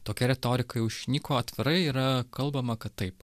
tokia retorika jau išnyko atvirai yra kalbama kad taip